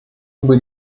über